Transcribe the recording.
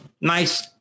Nice